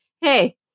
hey